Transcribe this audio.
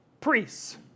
Priests